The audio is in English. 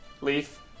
Leaf